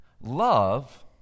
Love